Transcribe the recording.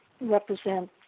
represent